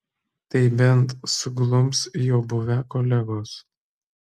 tai bent suglums jo buvę kolegos